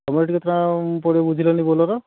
ତମର ହେଠି କେତେ ଟଙ୍କା ପଡ଼ିବ ବୁଝିଲନି ବୋଲେରୋ